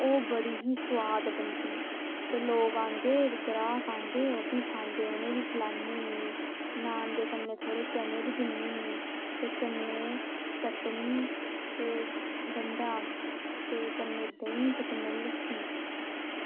ते ओह् बड़ी ई सोआद बनदी ते लोक आंदे ते ग्राह् खांदे ते उनेंगी बी खलान्नी होन्नी नॉन दे कन्नै थोह्ड़े चने बी दिन्नी होनी ते कन्नै चटनी ते गंडा ते कन्नै देहीं ते कन्नै लस्सी